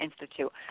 Institute